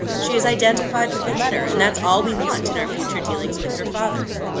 she is identified with the letter, and that's all we want in our future dealings with her father.